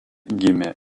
gimė